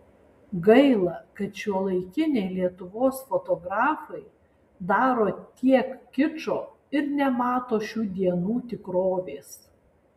gaila kad šiuolaikiniai lietuvos fotografai daro tiek kičo ir nemato šių dienų tikrovės